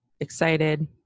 excited